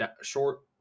short